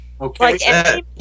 Okay